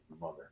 mother